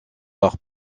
par